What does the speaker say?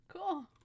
Cool